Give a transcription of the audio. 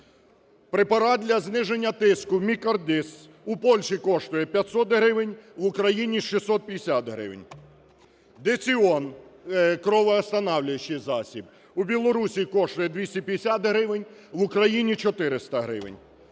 Препарат для зниження тиску "Мікардис" у Польщі коштує 500 гривень, в Україні – 650 гривень. "Дицинон" (кровоостанавлюючий засіб) у Білорусії коштує 250 гривень, в Україні – 400 гривень.